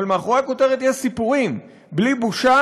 אבל מאחורי הכותרת יש סיפורים: בלי בושה: